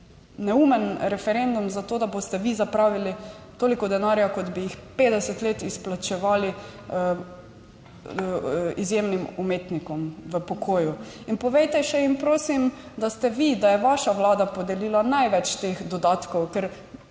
neumen referendum za to, da boste vi zapravili toliko denarja kot bi jih 50 let izplačevali izjemnim umetnikom v pokoju. In povejte še in prosim, da ste vi, da je vaša Vlada podelila največ teh dodatkov, ker